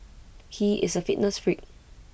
he is A fitness freak